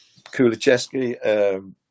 Kulicheski